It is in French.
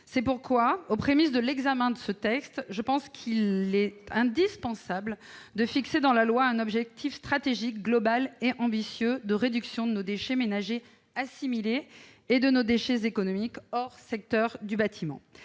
C'est pourquoi, aux prémices de l'examen de ce texte, il m'apparaît indispensable de prévoir dans la loi un objectif stratégique global et ambitieux de réduction de nos déchets ménagers assimilés et de nos déchets économiques hors secteur du bâtiment.